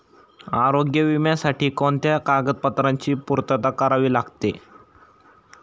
आरोग्य विम्यासाठी कोणत्या कागदपत्रांची पूर्तता करावी लागते?